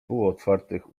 półotwartych